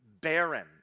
barren